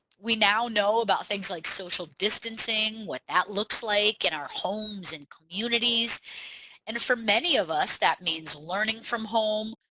we now know about things like social distancing what that looks like in our homes and communities and for many of us that means learning from home,